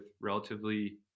relatively